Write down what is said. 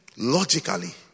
Logically